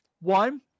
One